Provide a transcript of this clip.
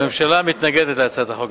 הממשלה מתנגדת להצעת החוק,